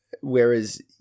Whereas